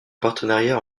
partenariat